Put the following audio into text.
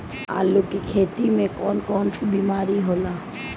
आलू की खेती में कौन कौन सी बीमारी होला?